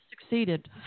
succeeded